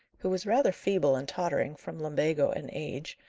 who was rather feeble and tottering, from lumbago and age,